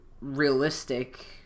realistic